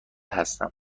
هستم